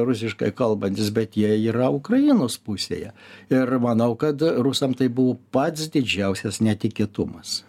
rusiškai kalbantys bet jie yra ukrainos pusėje ir manau kad rusam tai buvo pats didžiausias netikėtumas